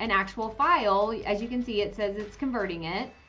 an actual file. as you can see, it says it's converting it.